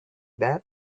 that